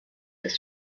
des